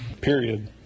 period